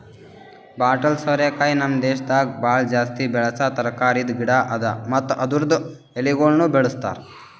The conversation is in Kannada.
ಬಾಟಲ್ ಸೋರೆಕಾಯಿ ನಮ್ ದೇಶದಾಗ್ ಭಾಳ ಜಾಸ್ತಿ ಬೆಳಸಾ ತರಕಾರಿದ್ ಗಿಡ ಅದಾ ಮತ್ತ ಅದುರ್ದು ಎಳಿಗೊಳನು ಬಳ್ಸತಾರ್